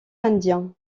indien